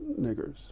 niggers